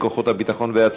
(כריות ביטחון לקרנות פנסיה ותיקות),